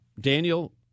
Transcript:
daniel